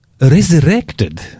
resurrected